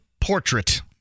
portrait